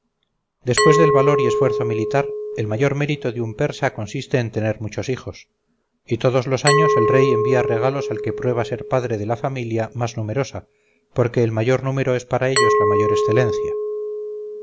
después del valor y esfuerzo militar el mayor mérito de un persa consiste en tener muchos hijos y todos los años el rey envía regalos al que prueba ser padre de la familia más numerosa porque el mayor número es para ellos la mayor excelencia